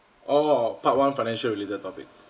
orh part one financial related topic